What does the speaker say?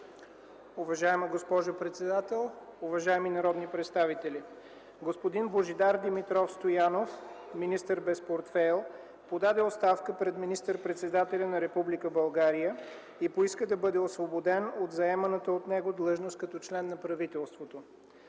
Уважаема госпожо председател, уважаеми народни представители! Господин Божидар Димитров Стоянов, министър без портфейл, подаде оставка пред министър-председателя на Република България и поиска да бъде освободен от заеманата от него длъжност като член на правителството.